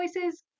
voices